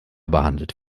behandelt